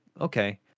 okay